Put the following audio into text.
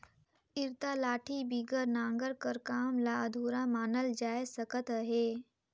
इरता लाठी बिगर नांगर कर काम ल अधुरा मानल जाए सकत अहे